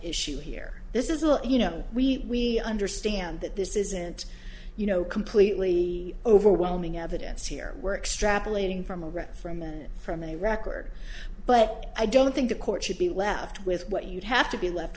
issue here this is a you know we understand that this isn't you know completely overwhelming evidence here we're extrapolating from a rep from men from a record but i don't think the court should be left with what you'd have to be left